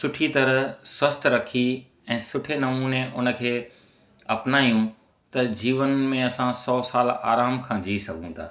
सुठी तरह स्वस्थ्य रखी ऐं सुठे नमूने हुनखे अपनायूं त जीवन में असां सौ साल आराम खां जीउ सघूं था